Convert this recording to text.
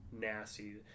nasty